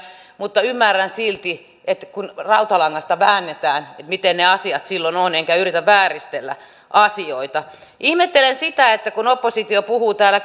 mutta ymmärrän silti kun rautalangasta väännetään miten ne asiat ovat enkä yritä vääristellä asioita ihmettelen sitä että kun oppositio puhuu täällä